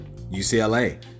UCLA